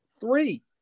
three